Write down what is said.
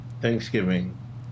Thanksgiving